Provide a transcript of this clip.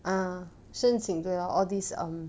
啊申请对 loh all these um